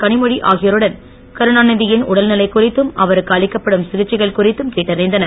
கனிமொழி ஆகியோருடன் கருணாநிதி யின் உடல்நிலை குறித்தும் அவருக்கு அளிக்கப்படும் சிகிச்சைகள் குறித்தும் கேட்டறிந்தனர்